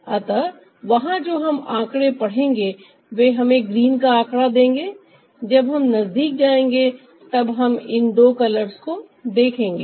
अतः वहां जो हम आंकड़े पढ़ेंगे वे हमें ग्रीन का आंकड़ा देंगे जब हम नजदीक जाएंगे तब हम इन दो कलर्स को देखेंगे